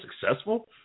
successful